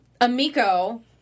Amiko